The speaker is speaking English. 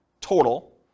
total